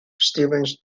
stevens